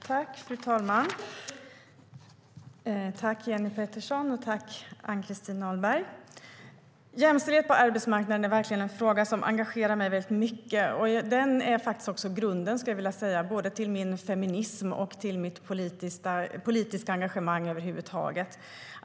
Fru talman! Jag tackar Jenny Petersson och Ann-Christin Ahlberg. Jämställdhet på arbetsmarknaden är verkligen en fråga som engagerar mig mycket. Jag skulle vilja säga att den är grunden både för min feminism och för mitt politiska engagemang över huvud taget.